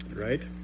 Right